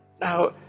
now